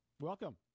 welcome